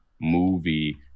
movie